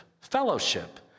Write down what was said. fellowship